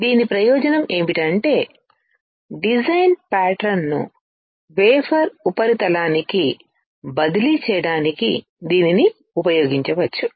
దీని ప్రయోజనం ఏమిటంటే డిజైన్ ప్యాటర్న్ ను వేఫర్ ఉపరితలానికి బదిలీ చేయడానికి దీనిని ఉపయోగించవచ్చు